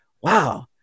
wow